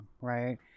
Right